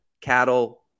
Cattle